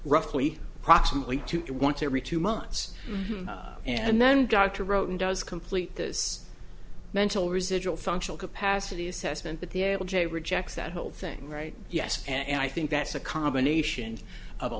roughly approximately two wants every two months and then dr wrote and does complete this mental residual functional capacity assessment that the able j rejects that whole thing right yes and i think that's a combination of a